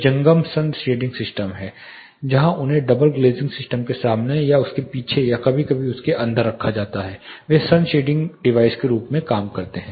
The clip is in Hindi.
एक जंगम सन शेडिंग सिस्टम भी है जहां उन्हें डबल ग्लेज़िंग सिस्टम के सामने या उसके पीछे या कभी कभी उसके अंदर रखा जाता है वे सन शेडिंग डिवाइस के रूप में भी काम करते हैं